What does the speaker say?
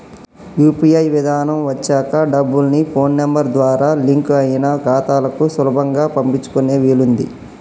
UPI విధానం వచ్చాక డబ్బుల్ని ఫోన్ నెంబర్ ద్వారా లింక్ అయిన ఖాతాలకు సులభంగా పంపించుకునే వీలుంది